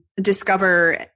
discover